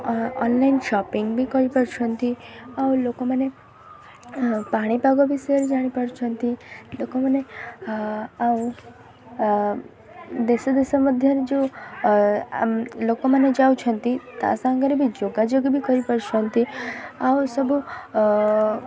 online shopping ବି କରିପାରୁଛନ୍ତି ଆଉ ଲୋକମାନେ ପାଣିପାଗ ବିଷୟରେ ଜାଣିପାରୁଛନ୍ତି ଲୋକମାନେ ଆଉ ଦେଶ ଦେଶ ମଧ୍ୟରେ ଯେଉଁ ଲୋକମାନେ ଯାଉଛନ୍ତି ତା ସାଙ୍ଗରେ ବି ଯୋଗାଯୋଗ ବି କରିପାରୁଛନ୍ତି ଆଉ ସବୁ